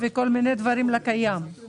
ככל שאי אפשר